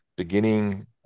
Beginning